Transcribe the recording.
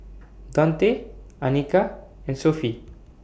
Daunte Anika and Sophie